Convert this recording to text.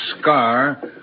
scar